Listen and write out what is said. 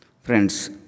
Friends